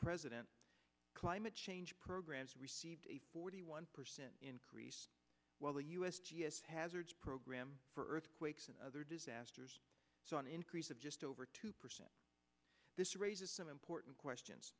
president climate change program a forty one percent increase while the u s g s hazards program for earthquakes and other disasters so an increase of just over two percent this raises some important questions